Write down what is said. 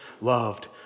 loved